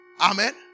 Amen